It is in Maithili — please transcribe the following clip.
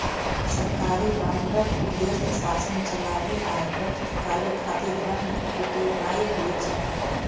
सरकारी बांडक उद्देश्य शासन चलाबै आ कर्ज चुकाबै खातिर धन जुटेनाय होइ छै